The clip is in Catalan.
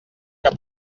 que